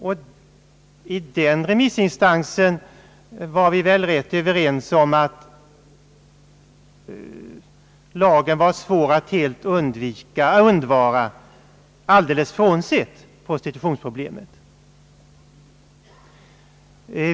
Vi diskuterade den här frågan rätt grundligt, och vi var väl ganska överens om att lagen var svår att helt undvara, alldeles frånsett prostitutionsproblemet.